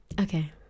Okay